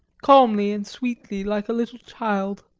calmly and sweetly like a little child.